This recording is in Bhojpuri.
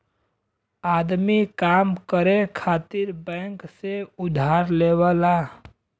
आदमी काम करे खातिर बैंक से उधार लेवला